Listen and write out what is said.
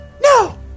No